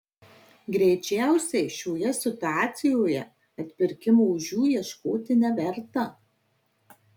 greičiausiai šioje situacijoje atpirkimo ožių ieškoti neverta